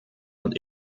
und